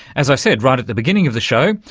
as i said right at the beginning of the show,